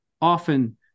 often